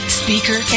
speaker